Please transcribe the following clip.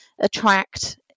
attract